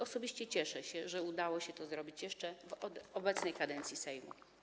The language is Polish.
Osobiście cieszę się, że udało się to zrobić jeszcze w tej kadencji Sejmu.